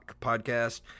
podcast